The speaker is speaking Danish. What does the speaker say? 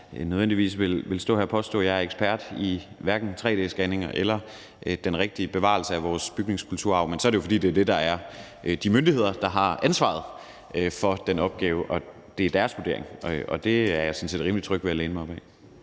nødvendigvis vil stå her og påstå, at jeg er ekspert i tre-d-scanning eller i den rigtige måde at bevare vores bygningskulturarv på, men fordi det er vurderingen hos de myndigheder, der har ansvaret for den opgave. Det er jeg sådan set rimelig tryg ved at læne mig op ad.